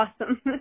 awesome